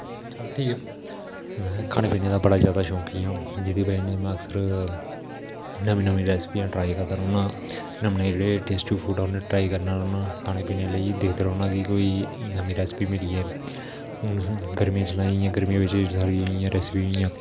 चल ठीक ऐ में खाने पीने दा बड़ा ज्यादा शौंकी हा जेहदी बजह कन्नै में अक्सर नमी नमी रेस्पी टेस्ट करदा रौह्ना नमें जेहडे टेस्टी फूड होंदे ओह् ट्राई करदा रौहना खाने पीने लेई दिखदा रौहना कि कोई नमी रेस्पी ऐ हून जियां गर्मियां चला दियां गर्मी च हीट साढ़ी जेहड़ी रेस्पी होई गेइयां